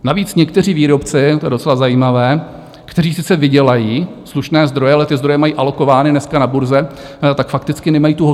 Navíc někteří výrobci to je docela zajímavé kteří sice vydělají slušné zdroje, ale ty zdroje mají alokovány dneska na burze, fakticky nemají tu hotovost.